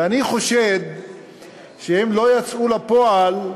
ואני חושד שהן לא יצאו לפועל,